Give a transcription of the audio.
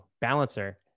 balancer